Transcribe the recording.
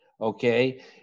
Okay